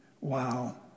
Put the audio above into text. Wow